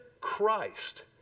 Christ